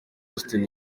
austin